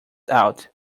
out